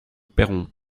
perron